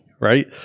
right